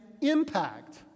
impact